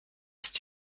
ist